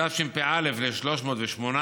בתשפ"א, ל-318,